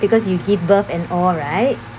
because you give birth and all right